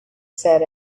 said